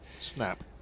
Snap